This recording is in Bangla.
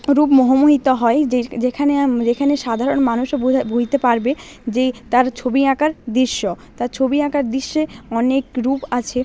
রূপ হয় যে যেখানে আমি যেখানে সাধারণ মানুষ বুঝতে পারবে যে তার ছবি আঁকার দৃশ্য তার ছবি আঁকার দৃশ্যে অনেক রূপ আছে